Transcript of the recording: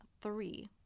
three